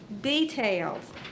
details